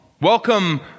welcome